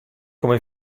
come